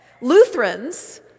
Lutherans